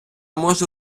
можу